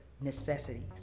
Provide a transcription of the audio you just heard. necessities